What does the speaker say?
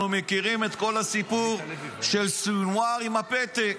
ואנחנו מכירים את כל הסיפור של סנוואר עם הפתק.